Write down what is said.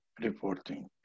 reporting